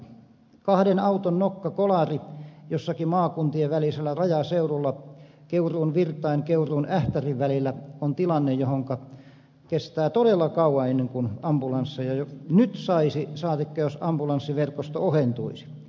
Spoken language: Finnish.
kahden auton nokkakolari jossakin maakuntien välisellä rajaseudulla keuruunvirtain keuruunähtärin välillä on tilanne johonka kestää todella kauan ennen kuin ambulansseja nyt saisi saatikka jos ambulanssiverkosto ohentuisi